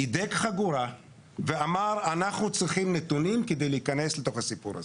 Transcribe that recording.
הידק חגורה ואמר: אנחנו צריכים נתונים כדי להיכנס לתוך הסיפור הזה.